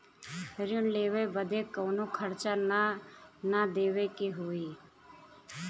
ऋण लेवे बदे कउनो खर्चा ना न देवे के होई?